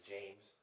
James